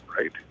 right